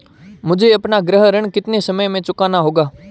मुझे अपना गृह ऋण कितने समय में चुकाना होगा?